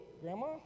grandma